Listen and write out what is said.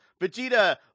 Vegeta